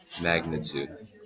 magnitude